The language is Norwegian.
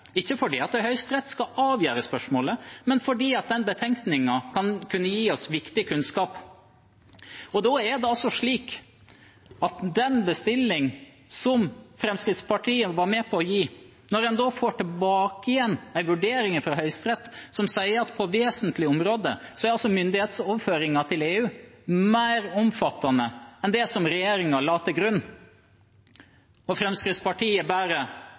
ikke fordi Høyesterett skal avgjøre spørsmålet, men fordi den betenkningen kunne gi oss viktig kunnskap. Den bestillingen var Fremskrittspartiet med på å gi. Når man får tilbake vurderingen fra Høyesterett, sier den at på vesentlige områder er myndighetsoverføringen til EU mer omfattende enn det regjeringen la til grunn. Fremskrittspartiet lar da bare være å forholde seg til den fordi dette uansett er en politikk som de vil ha igjennom, og